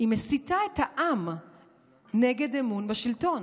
היא מסיתה את העם נגד אמון בשלטון.